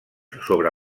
sobre